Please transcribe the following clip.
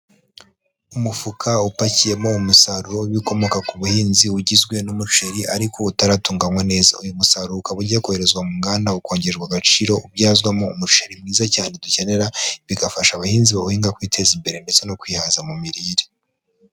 Umufuka upakiyemo umusaruro w'ibikomoka ku buhinzi ugizwe n'umuceri ariko utaratunganywa neza. Uyu musaruro ukaba ugiye koherezwa mu nganda ukongererwa agaciro ubyazwamo umuceri mwiza cyane dukenera, bigafasha abahinzi bawuhinga kwiteza imbere ndetse no kwihaza mu mirire.